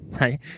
Right